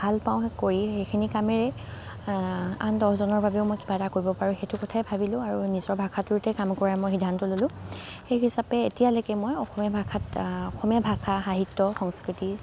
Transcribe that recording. ভাল পাওঁ কৰি সেইখিনি কামেৰেই আন দহজনৰ বাবেও মই কিবা এটা কৰিব পাৰোঁ সেইটো কথাই ভাবিলোঁ আৰু নিজৰ ভাষাটোতে কাম কৰাৰ মই সিদ্ধান্ত ল'লোঁ সেই হিচাপে এতিয়ালৈকে মই অসমীয়া ভাষাত অসমীয়া ভাষা সাহিত্য সংস্কৃতি